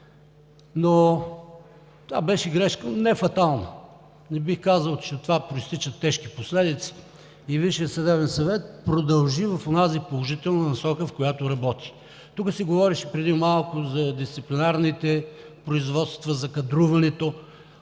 Това беше грешка, но нефатална. Не бих казал, че от това произтичат тежки последици и Висшият съдебен съвет продължи в онази положителна насока, в която работи. Преди малко тук се говореше за дисциплинарните производства, за кадруването.